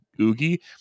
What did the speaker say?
oogie